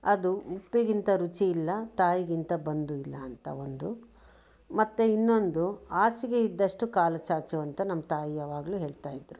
ಅದು ಉಪ್ಪಿಗಿಂತ ರುಚಿಯಿಲ್ಲ ತಾಯಿಗಿಂತ ಬಂಧು ಇಲ್ಲ ಅಂತ ಒಂದು ಮತ್ತೆ ಇನ್ನೊಂದು ಹಾಸಿಗೆ ಇದ್ದಷ್ಟು ಕಾಲು ಚಾಚು ಅಂತ ನಮ್ಮ ತಾಯಿ ಯಾವಾಗಲೂ ಹೇಳ್ತಾ ಇದ್ರು